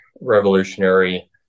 revolutionary